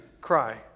cry